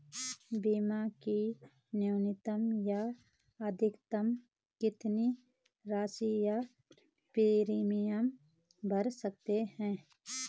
बीमा की न्यूनतम या अधिकतम कितनी राशि या प्रीमियम भर सकते हैं?